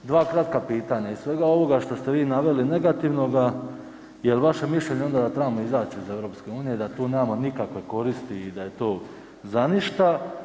Dva kratka pitanja, iz svega ovoga što ste vi naveli negativnoga, jel vaše mišljenje onda da trebamo izać iz EU, da tu nemamo nikakve koristi i da je to za ništa?